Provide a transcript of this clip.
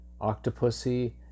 Octopussy